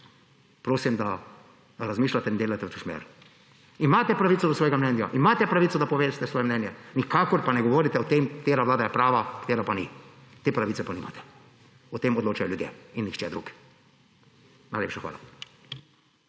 prosim, da razmišljate in delate v to smer. Imate pravico do svojega mnenja, imate pravico, da poveste svoje mnenje, nikakor pa ne govorite o tem, katera vlada je prava, katera pa ni. Te pravice pa nimate. O tem odločajo ljudje in nihče drug. Najlepša hvala.